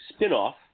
spinoff